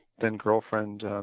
then-girlfriend